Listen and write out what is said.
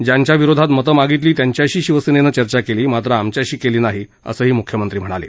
ज्यांच्या विरोधात मतं मागितली त्यांच्याशी शिवसेनेनं चर्चा केली मात्र आमच्याशी केली नाही असंही ते म्हणाले